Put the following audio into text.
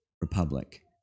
republic